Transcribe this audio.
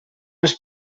els